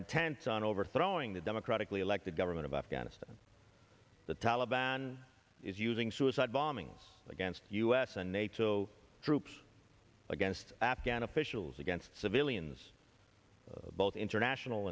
intent on overthrowing the democratically elected government of afghanistan the taliban is using suicide bombings against u s and nato troops against afghan officials against civilians both international